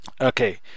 okay